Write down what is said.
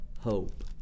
hope